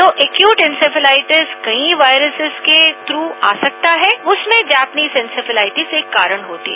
तो acute encephalitis कई viruses के थ्रू आ सकता है उसमें जापानी इंसेफलाइटिस एक कारण होता है